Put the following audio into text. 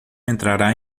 entrará